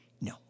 no